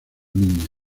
niña